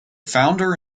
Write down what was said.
founder